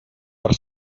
per